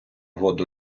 воду